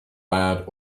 bad